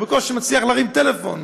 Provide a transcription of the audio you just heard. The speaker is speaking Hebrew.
הוא בקושי מצליח להרים טלפון.